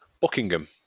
Buckingham